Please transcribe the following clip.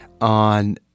on